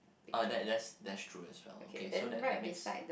uh that that that's true as well okay so that that makes